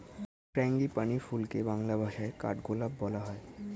frangipani ফুলকে বাংলা ভাষায় কাঠগোলাপ বলা হয়